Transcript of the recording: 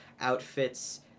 outfits